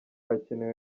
hakenewe